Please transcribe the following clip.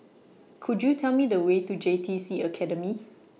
Could YOU Tell Me The Way to J T C Academy